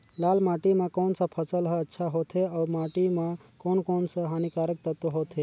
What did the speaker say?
लाल माटी मां कोन सा फसल ह अच्छा होथे अउर माटी म कोन कोन स हानिकारक तत्व होथे?